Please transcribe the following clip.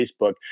Facebook